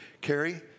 Carrie